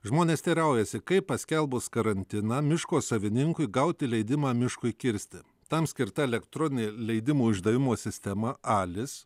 žmonės teiraujasi kaip paskelbus karantiną miško savininkui gauti leidimą miškui kirsti tam skirta elektroninė leidimų išdavimo sistema alis